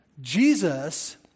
Jesus